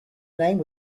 name